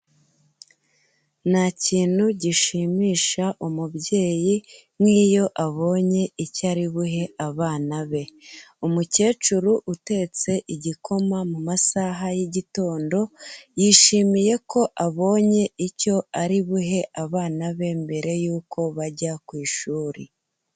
Nta kintu gishimisha umubyeyi, nk'iyo abonye icyo ari buhe abana be. Umukecuru utetse igikoma, mu masaha y'igitondo, yishimiye ko abonye icyo ari buhe abana be, mbere yuko bajya ku ishuri.